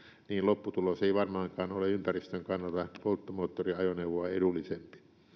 niin lopputulos ei varmaankaan ole ympäristön kannalta polttomoottoriajoneuvoa edullisempi